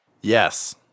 Yes